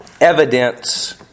evidence